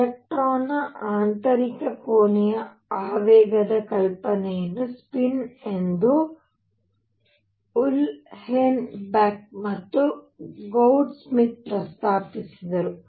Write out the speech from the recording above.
ಎಲೆಕ್ಟ್ರಾನ್ನ ಆಂತರಿಕ ಕೋನೀಯ ಆವೇಗದ ಕಲ್ಪನೆಯನ್ನು ಸ್ಪಿನ್ ಎಂದು ಉಹ್ಲೆನ್ಬೆಕ್ ಮತ್ತು ಗೌಡ್ಸ್ಮಿಟ್ ಪ್ರಸ್ತಾಪಿಸಿದರು